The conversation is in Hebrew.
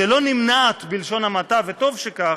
שלא נמנעת, בלשון המעטה, וטוב שכך,